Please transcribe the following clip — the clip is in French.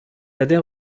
adhère